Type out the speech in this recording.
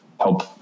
help